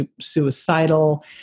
suicidal